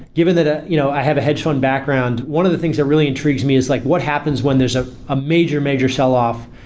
given that ah you know i have a hedge fund background, one of the things that really intrigues me is like what happens when there's a ah major, major sell-off?